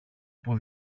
που